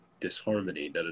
disharmony